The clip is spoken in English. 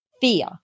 Fear